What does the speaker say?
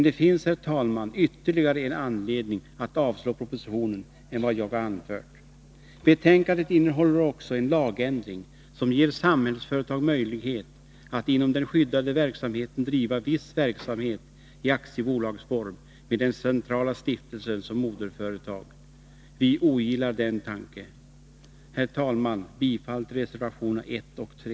Det finns, herr talman, ytterligare en anledning att avslå propositionen än vad jag här anfört. Betänkandet innehåller också förslag till en lagändring, som ger Samhällsföretag möjlighet att inom den skyddade verksamheten driva viss verksamhet i aktiebolagsform med den centrala stiftelsen såsom moderföretag. Vi ogillar den tanken. Herr talman! Jag yrkar bifall till reservationerna 1 och 3.